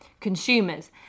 consumers